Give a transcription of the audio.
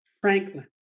Franklin